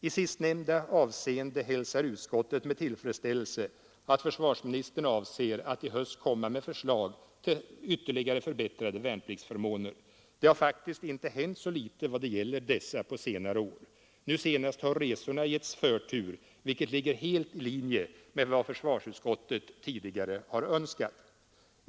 I sistnämnda avseende hälsar utskottet med tillfredsställelse att försvarsministern avser att i höst komma med förslag till ytterligare förbättrade värnpliktsförmåner. Det har faktiskt hänt inte så litet i vad det gäller dessa på senare år. Nu senast har resorna getts förtur, vilket ligger helt i linje med vad försvarsutskottet tidigare har önskat.